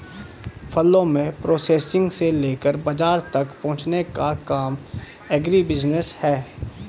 फलों के प्रोसेसिंग से लेकर बाजार तक पहुंचने का काम एग्रीबिजनेस है